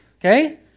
okay